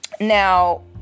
now